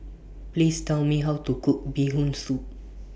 Please Tell Me How to Cook Bee Hoon Soup